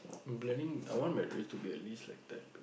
I want my wrist to be at least like that babe